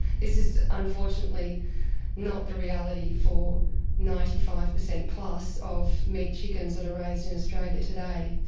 this is unfortunately not the reality for ninety five percent plus of meat chickens that are raised in australia today.